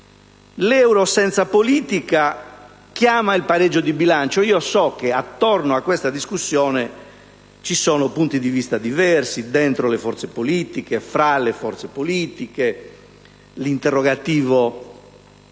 L'euro senza politica chiama il pareggio di bilancio. So che attorno a questa discussione ci sono punti di vista diversi dentro le forze politiche e tra le forze politiche. L'interrogativo